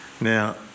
now